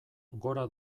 gora